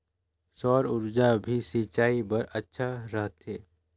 सौर ऊर्जा भी सिंचाई बर अच्छा रहथे?